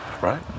Right